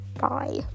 Bye